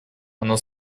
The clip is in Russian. оно